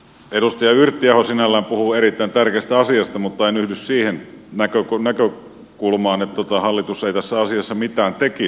edustaja yrttiaho sinällään puhui erittäin tärkeästä asiasta mutta en yhdy siihen näkökulmaan että hallitus ei tässä asiassa mitään tekisi